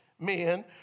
men